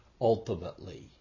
ultimately